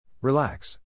Relax